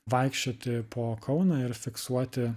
vaikščioti po kauną ir fiksuoti